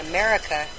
America